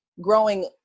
growing